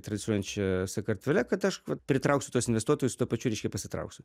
transliuojančią sakartvele kad aš vat pritrauksiu tuos investuotus tuo pačiu reiškia pasitrauksiu